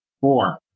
Four